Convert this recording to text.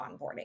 onboarding